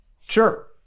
Sure